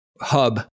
hub